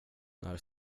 när